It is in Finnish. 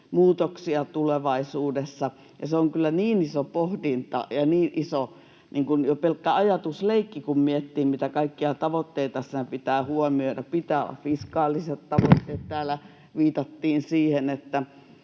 muutoksia tulevaisuudessa, ja se on kyllä iso pohdinta ja iso jo pelkkä ajatusleikki, kun miettii, mitä kaikkia tavoitteita siinä pitää huomioida. Pitää olla fiskaaliset tavoitteet — täällä viitattiin siihen, että